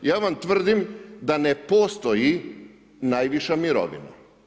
Ja vam tvrdim da ne postoji najviša mirovina.